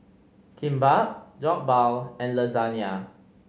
Kimbap Jokbal and Lasagna